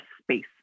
space